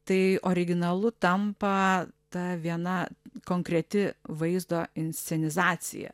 tai originalu tampa ta viena konkreti vaizdo inscenizacija